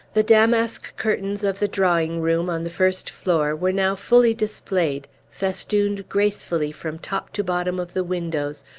the damask curtains of the drawing-room, on the first floor, were now fully displayed, festooned gracefully from top to bottom of the windows,